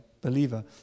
believer